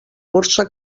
borsa